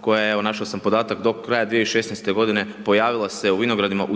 koja je, evo našao sam podatak, do kraja 2016.-te godine pojavila se u vinogradima